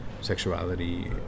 sexuality